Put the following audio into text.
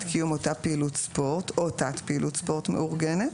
קיום אותה פעילות ספורט או תת פעילות ספורט מאורגנת